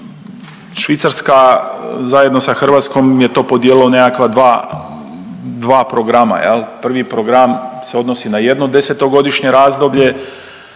Švicarska zajedno sa Hrvatskom je to podijelila u nekakva dva programa, prvi program se odnosi na jedno desetogodišnje razdoblje,